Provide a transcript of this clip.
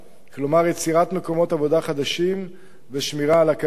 כלומר יצירת מקומות עבודה חדשים ושמירה על הקיימים,